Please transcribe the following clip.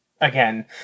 Again